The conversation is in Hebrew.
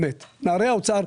נערי האוצר.